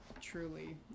Truly